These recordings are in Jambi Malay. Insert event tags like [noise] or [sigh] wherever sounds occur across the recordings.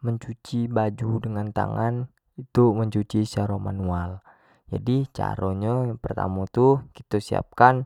Mencuci baju dengan tangan itu mencuci secaro manual, jadi caro nyo yang pertamo tu kito siap kan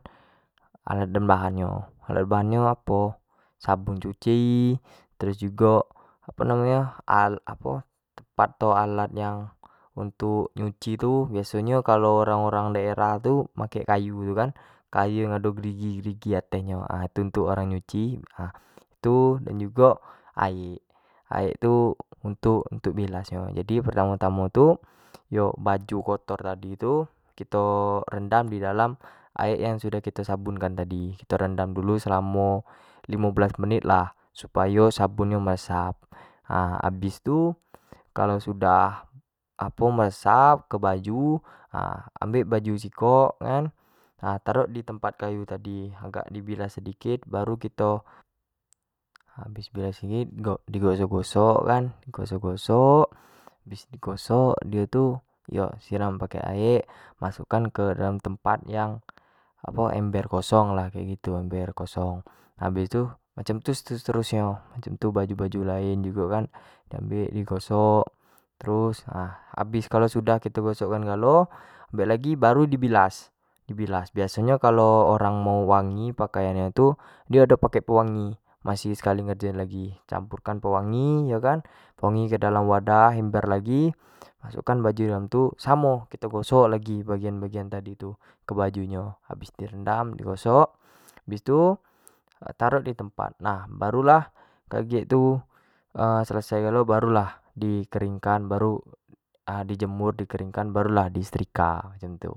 alat dan bahan nyo, alat dan bahan nyo apo, sabun cuci, terus jugo apo namo nyo alat apo tempat atau alat yang untuk nyuci tu biaso nyo kalau orang-orang daerah tu mak kayu tu kan, kayu yang ado gerigi-gerigi ateh yo itu untuk orang nyuci ha itu dan jugoa aek, aek tu untuk-untuk bilas nyo, jadi yang pertamo tu yo baju kotor tadi tu kito rendam di dalam aek yang sudah kito sabunkan tadi, kito rendam dulu selamo limo belas menit lah upayo sabun nyo meresap, ha habis tu kalau sudah apo meresap ke baju [hesitation] ambek baju sikok kan tarok di tempat kayu tadi agak di bilas sedikit baru kito, habis bilas sedikit di gosok-gosok kan, di gosok-gosok bis di gosok dio tu yo siram pake aek masuk kan ke dalam tempat yang apo ember kosong kek gitu, ember kosong habis tu macam tu seterus nyo, untuk baju-baju lain gitu kan, di ambek di gosok terus ha habis kalau sudah kito gosok kan galo, ambek lagi, baru di bilas-di bilasm biaso nyo kalau orang mau wangi pakaian nyo tu dio ado pakai pewangi maisih sekali ngerjoin agi campurkan pewangi yo kan, pewangi ke dalam wadah ember lagi, masuk kan baju dalm tu samo kito gosok lagi bagian-bagian tadi tu ke baju nyo, habis di rendam di gosok, habis tu tarok di tempat nah baru lah kagek tu selesai baru lah di keringkan, di jemur di keringkan baru lah di setrika, kek gitu.